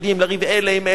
לריב אלה עם אלה.